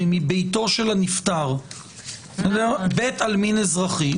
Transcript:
מביתו של הנפטר בית עלמין אזרחי,